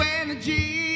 energy